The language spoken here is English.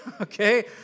okay